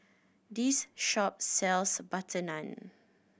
this shop sells butter naan